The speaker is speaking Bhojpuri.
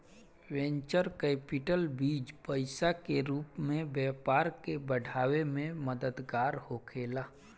वेंचर कैपिटल बीज पईसा के रूप में व्यापार के बढ़ावे में मददगार होखेला